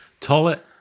Toilet